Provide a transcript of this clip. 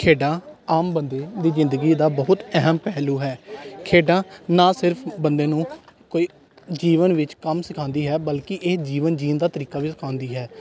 ਖੇਡਾਂ ਆਮ ਬੰਦੇ ਦੀ ਜ਼ਿੰਦਗੀ ਦਾ ਬਹੁਤ ਅਹਿਮ ਪਹਿਲੂ ਹੈ ਖੇਡਾਂ ਨਾ ਸਿਰਫ ਬੰਦੇ ਨੂੰ ਕੋਈ ਜੀਵਨ ਵਿੱਚ ਕੰਮ ਸਿਖਾਉਂਦੀ ਹੈ ਬਲਕਿ ਇਹ ਜੀਵਨ ਜੀਣ ਦਾ ਤਰੀਕਾ ਵੀ ਸਿਖਾਉਂਦੀ ਹੈ